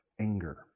anger